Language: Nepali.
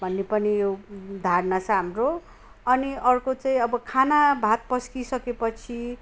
भन्ने पनि यो धारणा छ हाम्रो अनि अर्को चाहिँ अब खाना भात पस्किसकेपछि